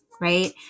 right